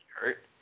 hurt